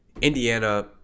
Indiana